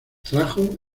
trajo